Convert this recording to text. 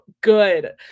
good